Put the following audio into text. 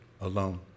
alone